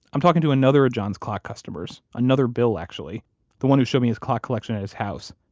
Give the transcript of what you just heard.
i'm talking to another of john's clock customers, another bill, actually the one who showed me his clock collection at his house.